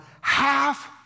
half